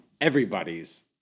everybody's